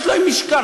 יש להם משקל.